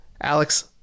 Alex